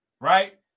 right